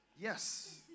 Yes